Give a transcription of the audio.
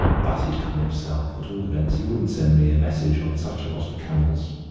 but he'd come himself at all events, he wouldn't send me a message on such a lot of camels!